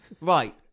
Right